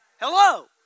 Hello